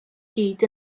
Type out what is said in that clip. gyd